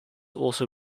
also